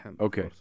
Okay